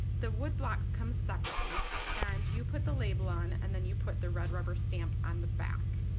the wood blocks come separately and you put the label on and then you put the red rubber stamp on the back.